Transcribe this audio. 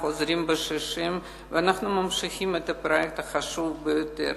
"חוזרים בשישים" ואנחנו ממשיכים את הפרויקט החשוב ביותר.